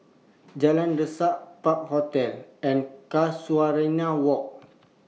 Jalan Resak Park Hotel and Casuarina Walk